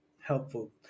helpful